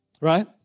Right